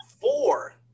four